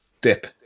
dip